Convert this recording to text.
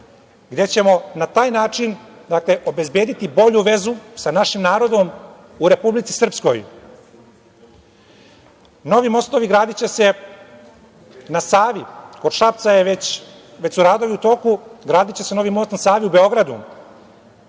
gde ćemo na taj način obezbediti bolju vezu sa našim narodom u Republici Srpskoj. Novi mostovi gradiće se na Savi, a kod Šapca su već radovi u toku, gradiće se novi most na Savi u Beogradu.